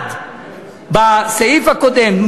בעד בסעיף הקודם,